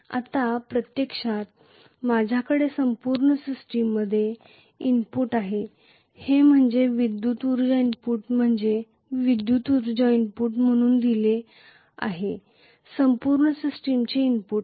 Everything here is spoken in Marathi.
आता प्रत्यक्षात माझ्याकडे संपूर्ण सिस्टममध्ये इनपुट आहे ते म्हणजे विद्युत उर्जा इनपुट म्हणजे मी विद्युत ऊर्जा इनपुट म्हणून दिले आहे संपूर्ण सिस्टमचे इनपुट